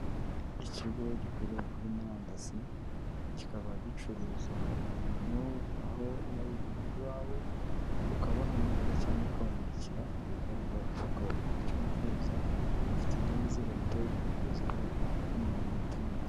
Ikigo gikorera kuri murandasi kikaba gicuruza ibintu aho uba wibereye iwawe ukabahamagara cyangwa ukabandikira ku rubuga rwabo ukawubwira icyo wifuza, bafite ibinyabiziga bihita bibikugezaho mu minota mike.